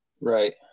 Right